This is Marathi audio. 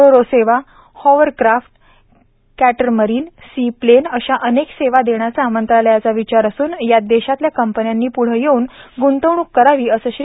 रोरो सेवा हॉवरक्राफ्ट कॅटरमरीन सी प्लेन अशा अनेक सेवा देण्याचा मंत्रालयाचा विचार असून यात देशातल्या कंपन्यांनी पुढं येऊन गुंतवणूक करावी असं श्री